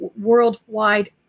worldwide